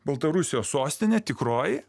baltarusijos sostinė tikroji